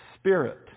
spirit